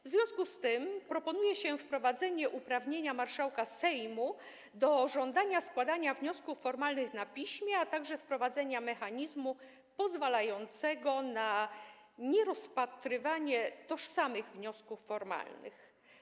W związku z tym proponuje się wprowadzenie uprawnienia marszałka Sejmu do żądania składania wniosków formalnych na piśmie, a także wprowadzenie mechanizmu pozwalającego na nierozpatrywanie tożsamych wniosków formalnych.